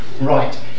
right